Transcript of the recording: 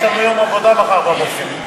יש לנו יום עבודה מחר בבוקר.